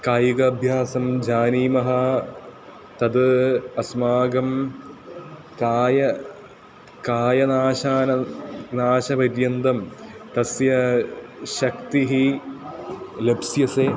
कायकाभ्यासं जानीमः तद् अस्माकं कायः कायनाशनं नाशपर्यन्तं तस्य शक्तिः लभ्यते